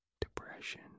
depression